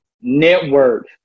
network